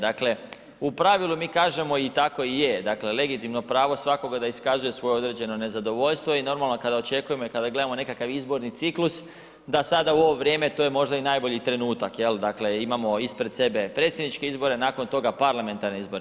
Dakle, u pravilu mi kažemo i tako i je, dakle legitimno pravo svakoga je da iskazuje svoje određeno nezadovoljstvo i normalno kada očekujemo i kada gledamo nekakav izborni ciklus, da sada u ovo vrijeme to je možda i najbolji trenutak, jel, dakle imamo ispred sebe Predsjedničke izbore, nakon toga parlamentarne izbore.